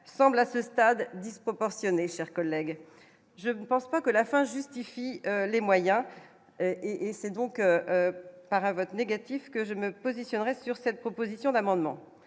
semble à ce stade disproportionnée, chers collègues, je ne pense pas que la fin justifie les moyens et c'est donc par un vote négatif que je me positionne sur cette proposition d'amendement